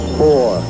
four